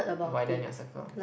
widen your circle